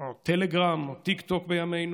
או טלגרם או טיקטוק בימינו,